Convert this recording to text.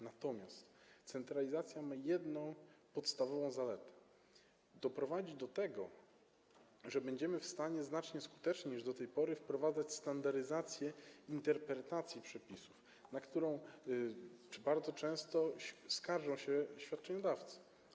Natomiast centralizacja ma jedną podstawową zaletę: doprowadzi do tego, że będziemy w stanie znacznie skuteczniej niż do tej pory wprowadzać standaryzację interpretacji przepisów, na którą bardzo często skarżą się świadczeniodawcy.